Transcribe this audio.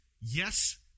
Yes